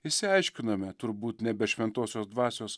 išsiaiškinome turbūt ne be šventosios dvasios